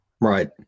Right